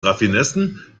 raffinessen